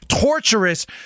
torturous